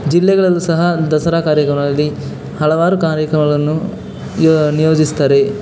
ಜಿಲ್ಲೆಗಳಲ್ಲೂ ಸಹ ದಸರಾ ಕಾರ್ಯಕ್ರಮಗಳಲ್ಲಿ ಹಲವಾರು ಕಾರ್ಯಕ್ರಮಗಳನ್ನು ನಿಯೋಜಿಸ್ತಾರೆ